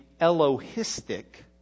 Elohistic